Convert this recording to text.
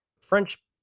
French